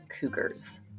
Cougars